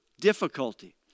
difficulty